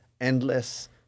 endless